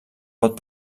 pot